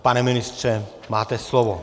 Pane ministře, máte slovo.